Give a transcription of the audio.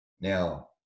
now